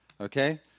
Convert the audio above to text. Okay